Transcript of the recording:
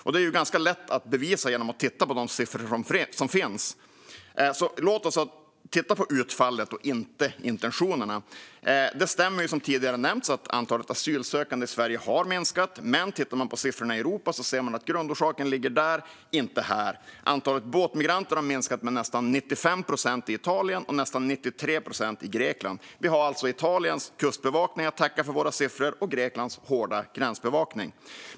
Det är ganska lätt att bevisa genom att titta på de siffror som finns. Låt oss därför titta på utfallet och inte på intentionerna. Det stämmer, som tidigare nämnts, att antalet asylsökande i Sverige har minskat. Men tittar man på siffrorna i Europa ser man att grundorsaken ligger där, och inte här. Antalet båtmigranter har minskat med nästan 95 procent i Italien och med nästan 93 procent i Grekland. Vi har alltså Italiens kustbevakning och Greklands hårda gränsbevakning att tacka för våra siffror.